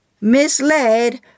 Misled